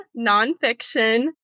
nonfiction